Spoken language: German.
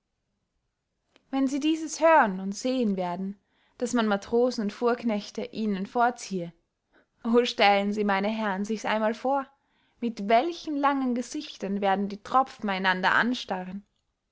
wenn sie dieses hören und sehen werden daß man matrosen und fuhrknechte ihnen vorziehe o stellen sie meine herren sichs einmal vor mit welchen langen gesichtern werden die tropfen einander anstarren